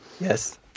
Yes